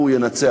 הוא ינצח.